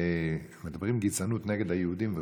שמדברים בגזענות נגד היהודים וכו',